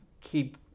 keep